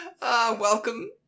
Welcome